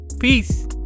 Peace